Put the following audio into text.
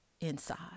inside